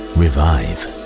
revive